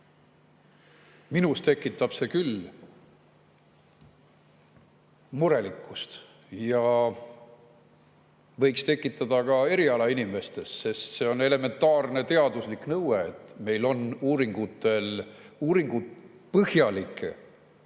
Minus tekitab see küll murelikkust ja võiks tekitada ka erialainimestes, sest see on elementaarne teaduslik nõue, et meil on põhjalike uuringutega ravimid,